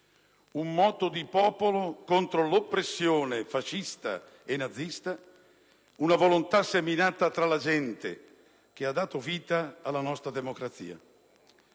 un moto di popolo contro l'oppressione fascista e nazista, una volontà seminata tra la gente, che ha dato vita alla nostra democrazia.